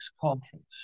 conference